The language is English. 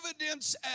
evidence